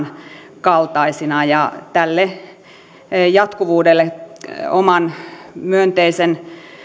samankaltaisina ja tälle jatkuvuudelle oman myönteisen